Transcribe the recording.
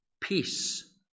Peace